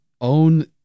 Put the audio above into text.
own